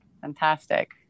fantastic